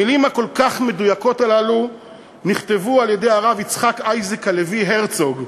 המילים הכל-כך מדויקות הללו נכתבו על-ידי הרב יצחק אייזיק הלוי הרצוג,